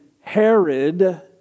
Herod